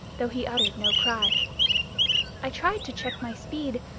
though he uttered no cry i tried to check my speed,